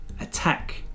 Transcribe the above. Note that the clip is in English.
attack